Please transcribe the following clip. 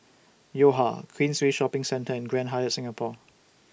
Yo Ha Queensway Shopping Centre and Grand Hyatt Singapore